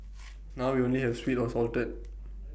now we only have sweet or salted